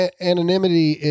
anonymity